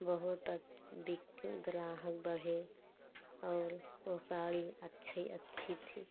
बहुत अच् बिक ग्राहक बढ़े और वो साड़ी अच्छी अच्छी थी